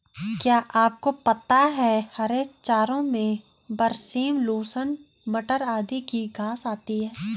क्या आपको पता है हरे चारों में बरसीम, लूसर्न, मटर आदि की घांस आती है?